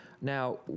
Now